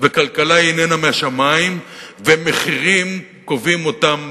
וכלכלה אינה מהשמים, ומחירים, קובעים אותם בממשלה,